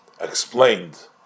explained